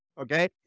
okay